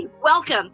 Welcome